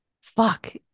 fuck